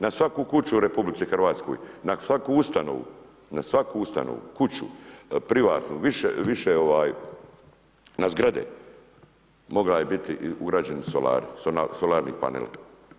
Na svaku kuću u RH, na svaku ustanovu, na svaku ustanovu, kuću, privatnu, više na zgrade, mogla je biti ugrađeni solari, solarni paneli.